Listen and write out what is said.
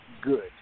good